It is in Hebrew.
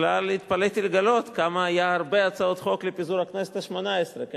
בכלל התפלאתי לגלות כמה הרבה הצעות חוק לפיזור הכנסת השמונה-עשרה היו.